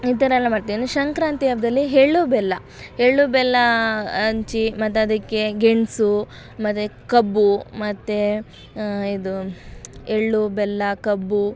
ಈ ಥರಯೆಲ್ಲ ಮಾಡ್ತೇವೆ ಇನ್ನು ಸಂಕ್ರಾಂತಿ ಹಬ್ದಲ್ಲಿ ಎಳ್ಳು ಬೆಲ್ಲ ಎಳ್ಳು ಬೆಲ್ಲ ಹಂಚಿ ಮತ್ತದಕ್ಕೆ ಗೆಣಸು ಮತ್ತು ಕಬ್ಬು ಮತ್ತು ಇದು ಎಳ್ಳು ಬೆಲ್ಲ ಕಬ್ಬು